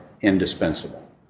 indispensable